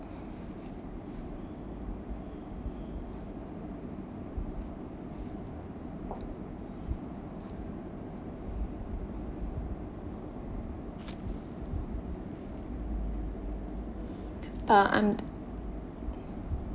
uh I'm